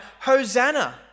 Hosanna